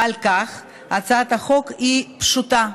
ועל כן הצעת החוק היא פשוטה,